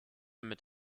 mit